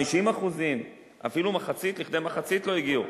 50% אפילו מחצית, לכדי מחצית לא הגיעו.